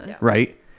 Right